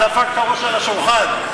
דפק בראש על השולחן.